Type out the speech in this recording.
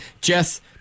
Jess